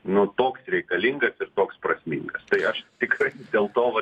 nu toks reikalingas ir toks prasmingas tai aš tikrai dėl to va